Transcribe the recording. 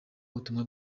ubutumwa